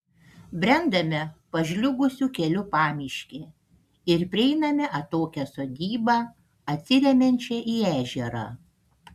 brendame pažliugusiu keliu pamiške ir prieiname atokią sodybą atsiremiančią į ežerą